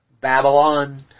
Babylon